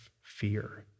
fear